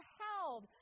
held